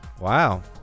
wow